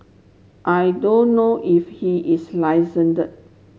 I don't know if he is